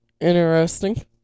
Interesting